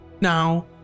now